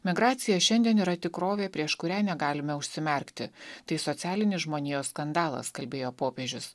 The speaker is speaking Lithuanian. migracija šiandien yra tikrovė prieš kurią negalime užsimerkti tai socialinis žmonijos skandalas kalbėjo popiežius